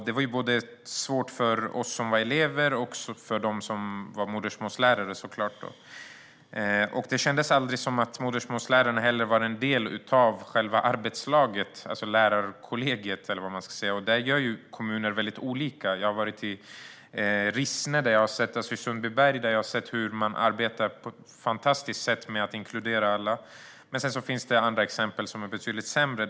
Det var svårt för oss elever och för modersmålslärarna. Det kändes inte heller som att modersmålslärarna var en del av arbetslaget, det vill säga lärarkollegiet. Kommuner gör olika. I Rissne i Sundbyberg har jag sett att man arbetar på ett fantastiskt sätt för att inkludera alla. Sedan finns andra betydligt sämre exempel.